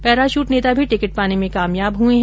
parachute नेता भी ticket पाने में कामयाब हुए है